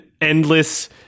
endless